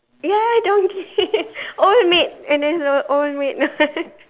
ya donkey old maid remember old maid